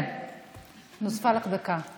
נוספה לך דקה.